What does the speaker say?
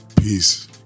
peace